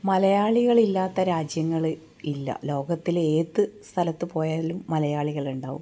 മലയാളികളില്ലാത്ത രാജ്യങ്ങൾ ഇല്ല ലോകത്തിലെ ഏത് സ്ഥലത്ത് പോയാലും മലയാളികളുണ്ടാവും